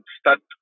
start